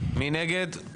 מי נגד?